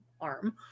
arm